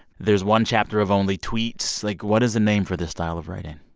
there's one chapter of only tweets. like, what is the name for this style of writing?